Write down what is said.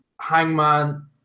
Hangman